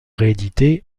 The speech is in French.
réédités